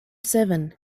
seven